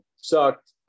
sucked